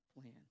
plan